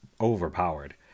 overpowered